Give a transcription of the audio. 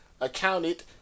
accounted